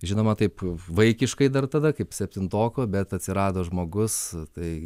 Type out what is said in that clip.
žinoma taip vaikiškai dar tada kaip septintoko bet atsirado žmogus tai